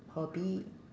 hobby